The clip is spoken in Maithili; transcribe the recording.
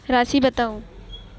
राशि बताउ